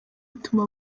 ituma